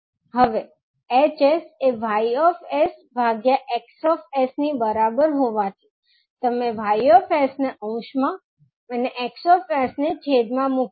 હવે H s એ Y s X s ની બરાબર હોવાથી તમે Y s ને અંશમાં અને X s ને છેદ માં મૂકી દો